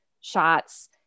shots